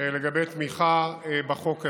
לתמיכה בחוק הזה.